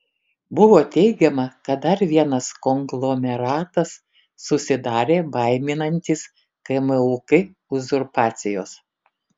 buvo teigiama kad dar vienas konglomeratas susidarė baiminantis kmuk uzurpacijos